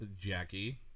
Jackie